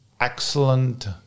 excellent